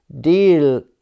deal